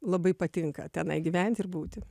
labai patinka tenai gyventi ir būti